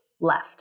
left